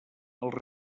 els